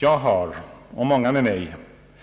Jag har — och många med mig